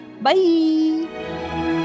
bye